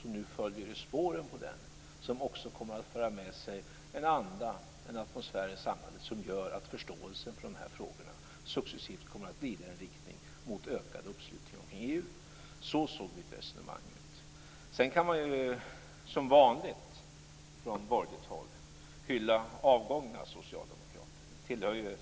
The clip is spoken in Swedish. som nu följer i spåren på den, som också kommer att föra med sig en anda och atmosfär i samhället som gör att förståelsen för de här frågorna successivt kommer att glida i en riktning mot ökad uppslutning omkring EU. Så såg mitt resonemang ut. Sedan kan man ju som vanligt från borgerligt håll hylla avgångna socialdemokrater.